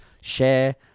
share